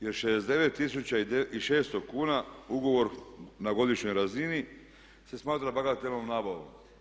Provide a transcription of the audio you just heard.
Jer 69600 kn ugovor na godišnjoj razini se smatra bagatelnom nabavom.